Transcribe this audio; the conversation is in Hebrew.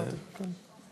נכון.